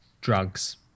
drugs